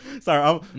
Sorry